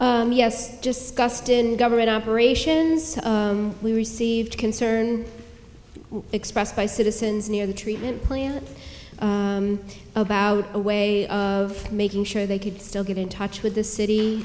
of yes just gusted in government operations we received concern expressed by citizens near the treatment plant about a way of making sure they could still get in touch with the city